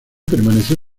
permaneció